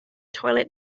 toilet